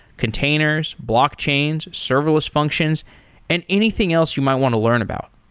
containers, blockchains, serverless functions and anything else you might want to learn about.